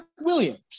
Williams